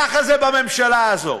ככה זה בממשלה הזאת.